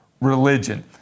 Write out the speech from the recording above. religion